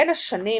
בין השנים